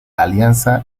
alianza